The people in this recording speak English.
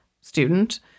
student